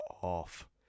off